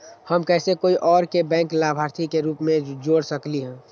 हम कैसे कोई और के बैंक लाभार्थी के रूप में जोर सकली ह?